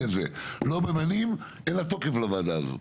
לא ממנים, אין לה תוקף לוועדה הזאת.